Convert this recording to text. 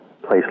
place